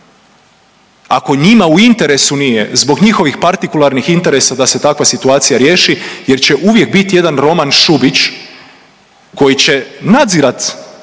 ako njima u interesu nije zbog njihovih partikularnih interesa da se takva situacija riješi jer će uvijek biti jedan Roman Šubić koji će nadzirati